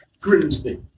Grimsby